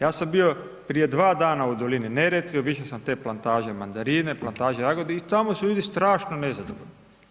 Ja sam bio prije 2 dana u dolini Neretve, obišao sam te plantaže mandarine, plantaže jagodi i tamo su ljudi strašno nezadovoljni.